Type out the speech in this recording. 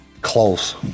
close